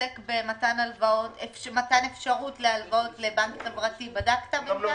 שעוסק במתן אפשרות להלוואות לבנק חברתי בדקת בינתיים?